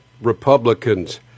Republicans